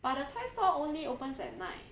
but the thai stall only opens at night